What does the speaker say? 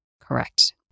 Correct